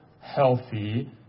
healthy